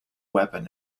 weapon